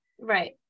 right